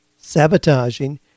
sabotaging